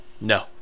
No